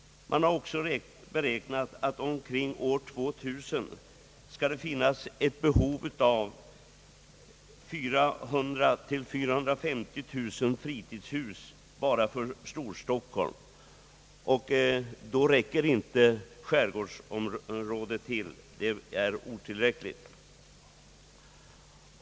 Man har beräknat att det omkring år 2000 skall finnas ett behov av 400 000—450 000 fritidshus för bara Storstockholm, och då är skärgårdsområdet otillräckligt.